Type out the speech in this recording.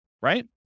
right